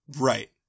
Right